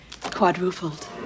quadrupled